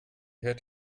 hört